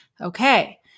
Okay